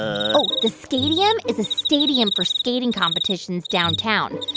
oh, the stadium is a stadium for skating competitions downtown.